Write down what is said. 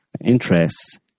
interests